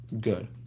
good